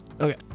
Okay